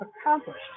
accomplished